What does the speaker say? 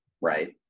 right